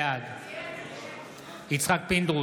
בעד יצחק פינדרוס,